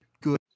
good